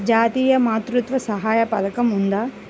జాతీయ మాతృత్వ సహాయ పథకం ఉందా?